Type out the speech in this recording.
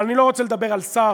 אבל אני לא רוצה לדבר על שר,